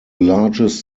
largest